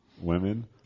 women